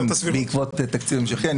בעקבות תקציב המשכי.